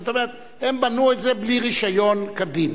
זאת אומרת: הם בנו את זה בלי רשיון כדין.